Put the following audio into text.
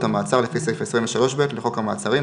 המעצר לפי סעיף 23(ב) לחוק המעצרים,